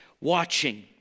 watching